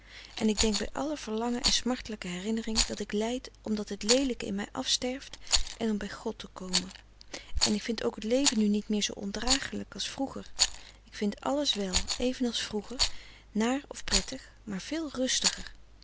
en ik denk bij alle verlangen en smartelijke herinnering dat ik lijd omdat het leelijke in mij afsterft en om bij god te komen en ik vind ook t leven nu niet meer zoo ondragelijk als vroeger ik vind alles wel even als vroeger naar of prettig maar veel rustiger